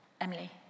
Emily